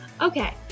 Okay